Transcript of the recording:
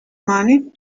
money